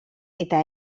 eta